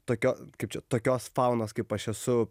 tokio kaip čia tokios faunos kaip aš esu